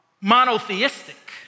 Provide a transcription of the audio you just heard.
monotheistic